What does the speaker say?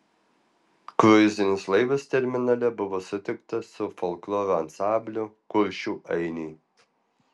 kruizinis laivas terminale buvo sutiktas su folkloro ansambliu kuršių ainiai